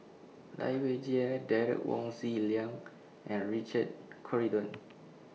Lai Weijie Derek Wong Zi Liang and Richard Corridon